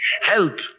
help